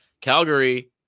Calgary